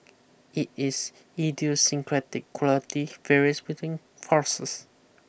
it is idiosyncratic quality and varies between horses